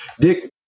Dick